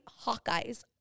Hawkeyes